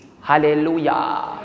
Hallelujah